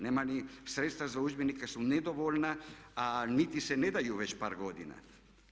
Nema ni, sredstva za udžbenike su nedovoljna a niti se ne daju već par godina.